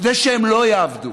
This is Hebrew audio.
כדי שהם לא יעבדו.